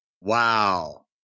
Wow